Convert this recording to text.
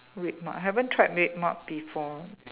RedMart haven't tried RedMart before